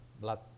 blood